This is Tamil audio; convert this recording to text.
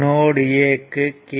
நோட் a க்கு கே